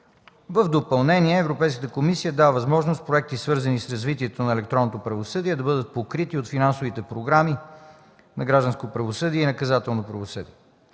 В допълнение, Европейската комисия дава възможност проекти, свързани с развитието на електронното правосъдие, да бъдат покрити от финансовите програми „Гражданско правосъдие” и „Наказателно правосъдие”.